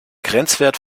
grenzwert